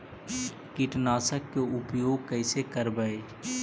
कीटनाशक के उपयोग कैसे करबइ?